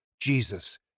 Jesus